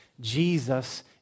Jesus